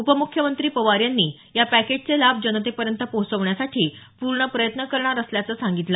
उपम्ख्यमंत्री पवार यांनी या पॅकेजचे लाभ जनतेपर्यंत पोहोचवण्यासाठी पूर्ण प्रयत्न करणार असल्याचं सांगितलं